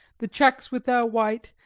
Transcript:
the cszeks with their white,